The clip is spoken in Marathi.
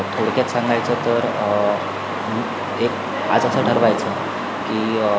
थोडक्यात सांगायचं तर एक आज असं ठरवायचं की